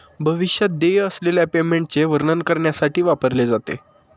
भविष्यात देय असलेल्या पेमेंटचे वर्णन करण्यासाठी वापरले जाते